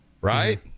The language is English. right